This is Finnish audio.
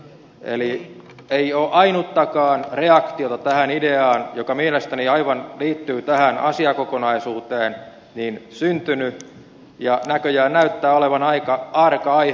eli ei ole syntynyt ainuttakaan reaktiota tähän ideaan joka mielestäni liittyy aivan tähän asiakokonaisuuteen ja näköjään näyttää olevan aika arka aihe